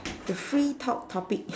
the free talk topic